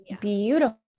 beautiful